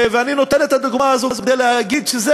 ואני נותן את הדוגמה הזו כדי להגיד שזה